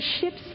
ships